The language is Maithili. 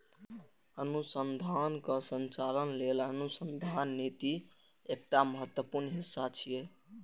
अनुसंधानक संचालन लेल अनुसंधान निधि एकटा महत्वपूर्ण हिस्सा छियै